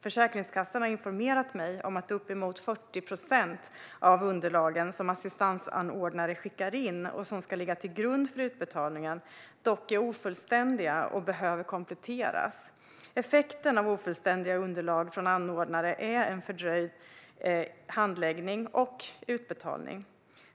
Försäkringskassan har informerat mig om att uppemot 40 procent av de underlag som assistansanordnare skickar in, som ska ligga till grund för utbetalningen, är ofullständiga och behöver kompletteras. Effekten av ofullständiga underlag från anordnare är en fördröjd handläggning och utbetalning.